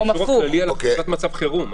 זה האישור הכללי על הכרזת מצב חירום,